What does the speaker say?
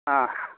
ꯑꯥ